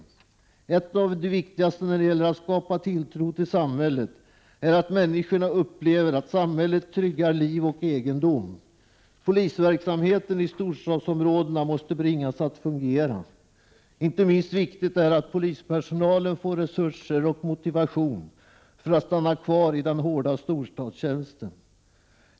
Något av det viktigaste när det gäller att skapa tilltro till samhället är att människorna upplever att samhället tryggar liv och egendom. Polisverksamheten i storstadsområdena måste bringas att fungera. Inte minst viktigt är det att polispersonalen får resurer och motivation för att stanna kvar i den hårda storstadstjänsten.